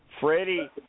Freddie